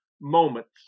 moments